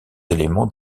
éléments